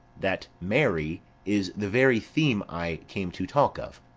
that marry is the very theme i came to talk of.